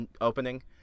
opening